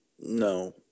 no